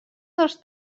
dos